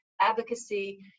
Advocacy